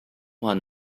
one